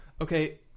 okay